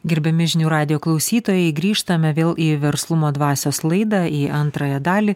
gerbiami žinių radijo klausytojai grįžtame vėl į verslumo dvasios laidą į antrąją dalį